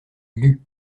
lut